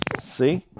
see